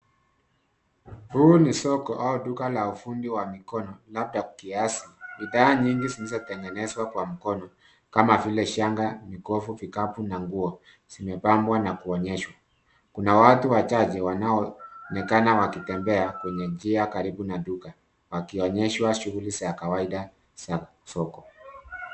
Hili ni soko au duka la ufundi wa mikono labda kiasi, bidhaa nyingi zilizotengeneszwa Kwa mkono kama vile shanga, mikofu na vikapu na nguo zimepambwa na kuonyeshwa. Kuna watu wachache wanaonekana wakitembea kwenye njia karibu na duka wakionyeshwa shughuli za kawaida za soko.